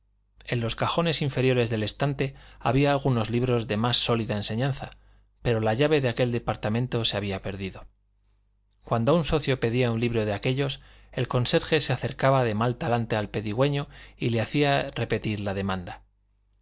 en los cajones inferiores del estante había algunos libros de más sólida enseñanza pero la llave de aquel departamento se había perdido cuando un socio pedía un libro de aquellos el conserje se acercaba de mal talante al pedigüeño y le hacía repetir la demanda